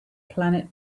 planet